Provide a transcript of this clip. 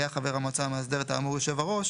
היה חבר המועצה המאסדרת האמור יושב הראש